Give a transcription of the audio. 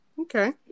Okay